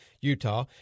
Utah